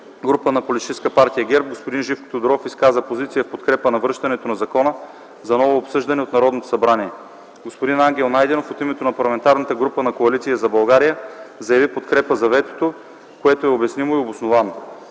група на политическа партия ГЕРБ господин Живко Тодоров изказа позиция в подкрепа на връщането на закона за ново обсъждане от Народното събрание. Господин Ангел Найденов от името на парламентарната група на Коалиция за България заяви подкрепа за ветото, което е обяснимо и обосновано.